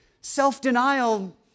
self-denial